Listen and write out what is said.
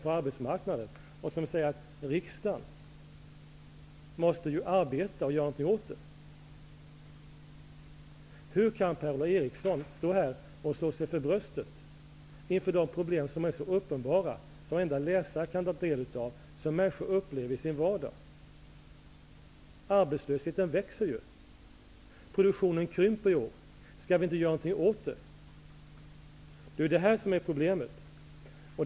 Det står att riksdagen måste arbeta och göra någonting åt saken. Hur kan Per-Ola Eriksson stå här och slå sig för bröstet inför de problem som är så uppenbara, som varenda läsare kan ta del av och som människor upplever i sin vardag? Arbetslösheten växer och produktionen krymper i år. Skall vi inte göra någonting åt det? Det här är problemet.